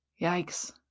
Yikes